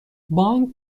بانک